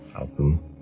awesome